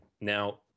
Now